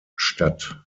statt